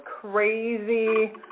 crazy